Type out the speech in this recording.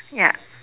ya